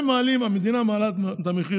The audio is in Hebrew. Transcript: המדינה מעלה את המחיר